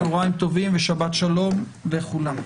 צוהריים טובים ושבת שלום לכולם.